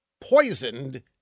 poisoned